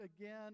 again